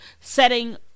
setting